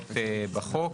מסוימות בחוק.